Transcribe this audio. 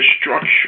structure